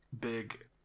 big